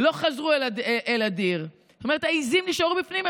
לא חזרו אל הדיר", זאת אומרת, העיזים נשארו בפנים.